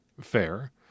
Fair